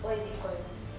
what is it called